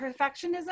perfectionism